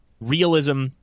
realism